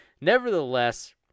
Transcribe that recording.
Nevertheless